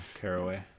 Caraway